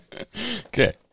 Okay